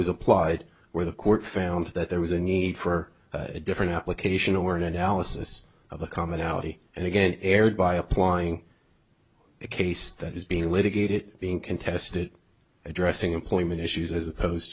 was applied where the court found that there was a need for a different application or an analysis of the commonality and again erred by applying a case that is being litigated being contested addressing employment issues as opposed